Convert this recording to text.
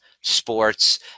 sports